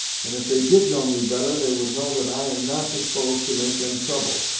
and if they did know me better they would know that i am not disposed to make them trouble